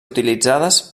utilitzades